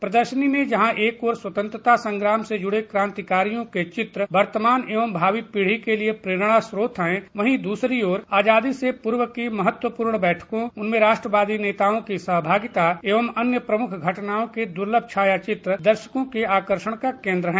प्रदर्शनी में जहाँ एक ओर स्वतंत्रता संग्राम से जुड़े क्रांतिकारियों के चित्र वर्तमान एवं भावी पीढ़ी के लिए प्रेरणासोत हैंवहीं दूसरी ओर आजादी से पूर्व की महत्वपूर्ण बैठकोंउनमें राष्ट्रवादी नेताओं की सहभागिता एवं अन्य प्रमुख घटनाओं के दुर्लभ छायाचित्र दर्शकों के आकर्षण का केन्द्र हैं